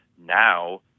now